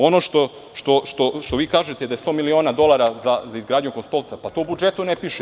Ono što vi kažete da je 100 miliona dolara za izgradnju Kostolca, pa to u budžetu ne piše.